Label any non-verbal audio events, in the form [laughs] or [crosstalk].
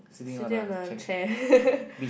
sitting on the chair [laughs]